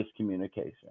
miscommunication